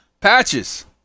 Patches